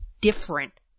different